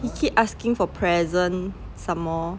he keep asking for present somemore